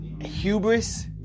hubris